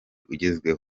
ugezweho